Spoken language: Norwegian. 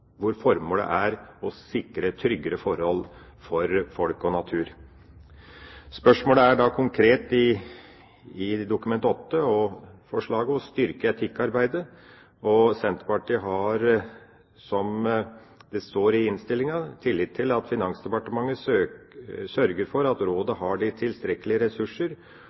hvor formålet er å sikre tryggere forhold for folk og natur. Spørsmålet er da konkret i Dokument nr. 8-forslaget å styrke etikkarbeidet. Senterpartiet har, som det står i innstillinga, tillit til at Finansdepartementet sørger for at rådet har de tilstrekkelige ressurser,